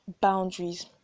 boundaries